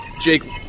Jake